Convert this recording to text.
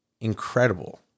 incredible